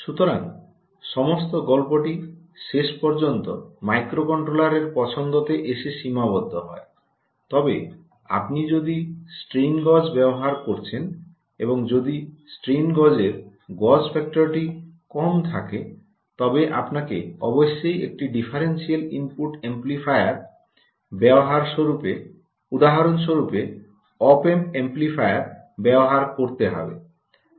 সুতরাং সমস্ত গল্পটি শেষ পর্যন্ত মাইক্রোকন্ট্রোলারের পছন্দতে এসে সীমাবদ্ধ হয় তবে আপনি যদি স্ট্রেন গজ ব্যবহার করছেন এবং যদি স্ট্রেন গজের গজ ফ্যাক্টরটি কম থাকে তবে আপনাকে অবশ্যই একটি ডিফারেনশিয়াল ইনপুট এমপ্লিফায়ার উদাহরণ স্বরুপে অপ এম্প অ্যাম্প্লিফায়ার ব্যবহার করতে হবে